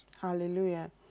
Hallelujah